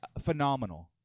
phenomenal